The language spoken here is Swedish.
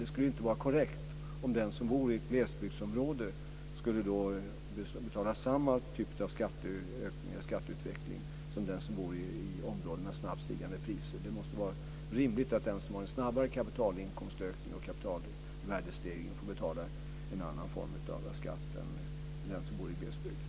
Det skulle inte vara korrekt om den som bor i ett glesbygdsområde skulle ha samma typ av skatteutveckling som den som bor i områden med snabbt stigande priser. Det måste vara rimligt att den som har en snabbare kapitalvärdestegring får betala en annan skatt än den som bor i glesbygd.